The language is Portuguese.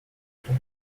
por